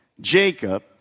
Jacob